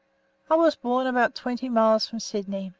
i was born about twenty miles from sydney.